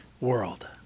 world